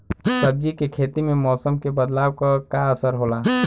सब्जी के खेती में मौसम के बदलाव क का असर होला?